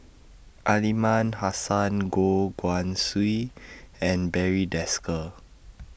Aliman Hassan Goh Guan Siew and Barry Desker